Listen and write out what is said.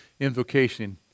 invocation